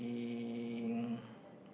in